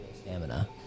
stamina